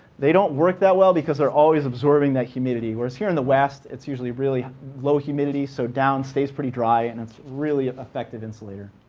they don't work that well because they're always absorbing that humidity, whereas here in the west, it's usually really low humidity, so down stays pretty dry and it's really effective insulator.